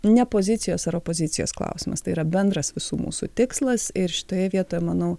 ne pozicijos ar opozicijos klausimas tai yra bendras visų mūsų tikslas ir šitoje vietoj manau